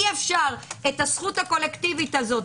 אי אפשר את הזכות הקולקטיבית הזאת,